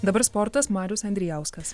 dabar sportas marius andrijauskas